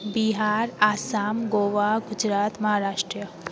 Bihar Assam Goa Gujarat Maharashtra